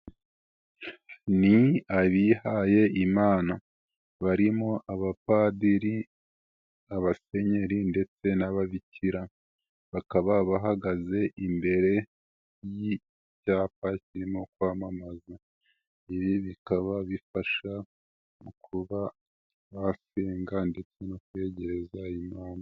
Ni abihaye Imana, barimo: abapadiri, abasenyeri ndetse n'ababikira, bakaba bahagaze imbere y'icyapa kirimo kwamamaza, ibi bikaba bifasha mu kuba basenga ndetse no kwiyegereza Imana.